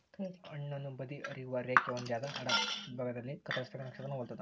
ಹಣ್ಣುನ ಬದಿ ಹರಿಯುವ ರೇಖೆ ಹೊಂದ್ಯಾದ ಅಡ್ಡವಿಭಾಗದಲ್ಲಿ ಕತ್ತರಿಸಿದಾಗ ನಕ್ಷತ್ರಾನ ಹೊಲ್ತದ